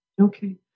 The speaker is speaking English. Okay